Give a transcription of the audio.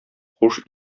хуш